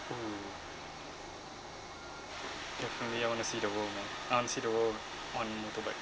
mm definitely I want to see the world man I want to see the world on motorbike